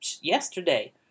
yesterday